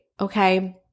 okay